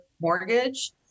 mortgage